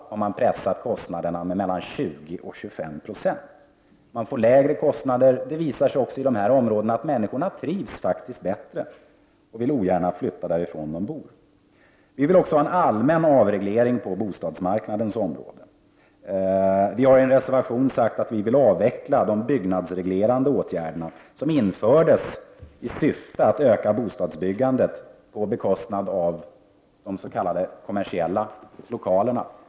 Där har man pressat kostnaderna med mellan 20 och 25 96. Det ger lägre kostnader, och det visar sig också att människorna trivs bättre i dessa områden och ogärna vill flytta därifrån. Vi vill också ha en allmän avreglering av bostadsmarknaden. Vi har i en reservation sagt att vi vill avveckla de byggnadsreglerande åtgärderna, som infördes i syfte att öka bostadsbyggandet på bekostnad av de s.k. kommersiella lokalerna.